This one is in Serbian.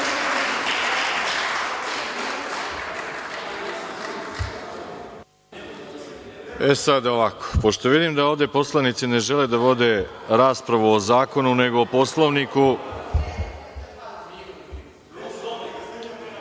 sada ovako. Pošto vidim da ovde poslanici ne žele da vode raspravu o zakonu, nego o Poslovniku….(Radoslav